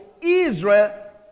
Israel